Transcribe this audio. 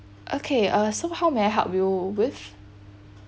okay uh so how may I help you with